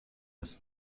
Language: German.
des